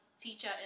teacher